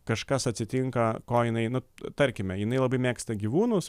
kažkas atsitinka ko jinai nu tarkime jinai labai mėgsta gyvūnus